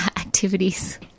activities